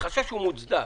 החשש הוא מוצדק.